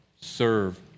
Serve